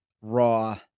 raw